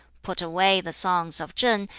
put away the songs of ch'ing,